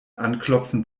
anklopfen